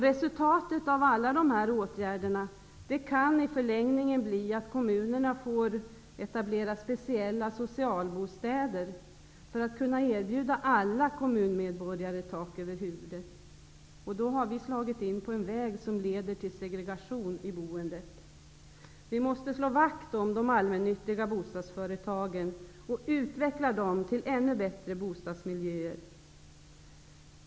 Resultatet av alla dessa åtgärder kan i förläng ningen bli att kommunerna får etablera speciella socialbostäder för att kunna erbjuda alla kom munmedborgare tak över huvudet. Då har vi sla git in på en väg som leder till segregation i boen det. Vi måste slå vakt om de allmännyttiga bostads företagen och utveckla deras bostadsområden till ännu bättre bostadsmiljöer.